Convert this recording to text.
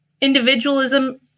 individualism